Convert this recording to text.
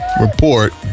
report